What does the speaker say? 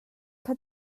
kha